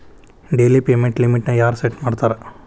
daily payment ಲಿಮಿಟ್ನ ಯಾರ್ set ಮಾಡ್ತಾರಾ